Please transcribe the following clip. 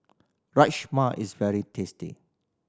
rajma is very tasty